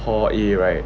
for hall A right